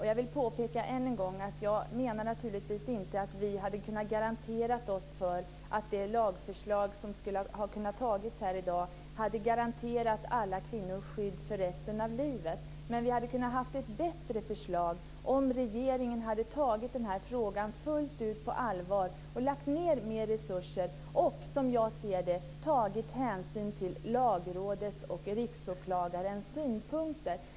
Jag vill än en gång påpeka att jag naturligtvis inte menar att det lagförslag som hade kunnat antas här i dag hade garanterat alla kvinnor skydd för resten av livet, men vi hade kunnat ha ett bättre förslag om regeringen hade tagit frågan fullt ut på allvar, lagt ned mer resurser och tagit hänsyn till Lagrådets och Riksåklagarens synpunkter.